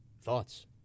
thoughts